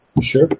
Sure